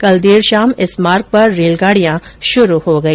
कल देर शाम इस मार्ग पर रेलगाड़ियां शुरू हो गई